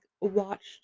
watched